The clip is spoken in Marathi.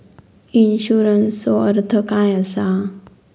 इन्शुरन्सचो अर्थ काय असा?